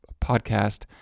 podcast